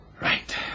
Right